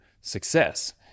success